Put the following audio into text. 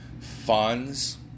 funds